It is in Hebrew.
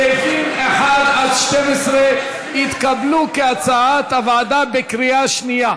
סעיפים 1 12 התקבלו כהצעת הוועדה בקריאה שנייה.